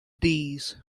these